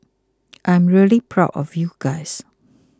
I'm really proud of you guys